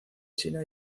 china